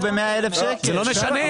זה לא משנה,